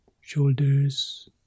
shoulders